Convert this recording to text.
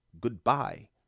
Goodbye